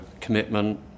commitment